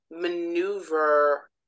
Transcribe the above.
maneuver